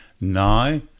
now